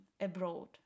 abroad